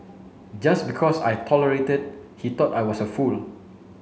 just because I tolerated he thought I was a fool